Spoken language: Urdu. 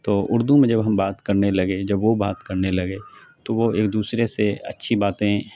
تو اردو میں جب ہم بات کرنے لگے جب وہ بات کرنے لگے تو وہ ایک دوسرے سے اچھی باتیں